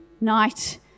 night